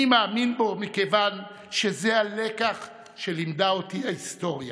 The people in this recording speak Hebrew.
אני מאמין בו מכיוון שזה הלקח שלימדה אותי ההיסטוריה.